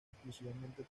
exclusivamente